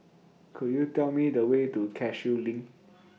Could YOU Tell Me The Way to Cashew LINK